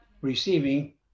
Receiving